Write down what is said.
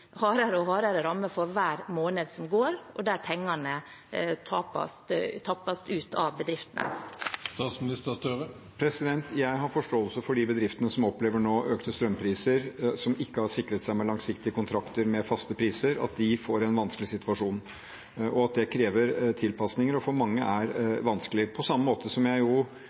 hardere og hardere rammet for hver måned som går, og der pengene tappes ut av bedriftene? Jeg har forståelse for at de bedriftene som nå opplever økte strømpriser og som ikke har sikret seg med langsiktige kontrakter med faste priser, får en vanskelig situasjon, og at det krever tilpasninger og for mange er vanskelig – på samme måte som jeg